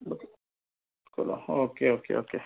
okay okay okay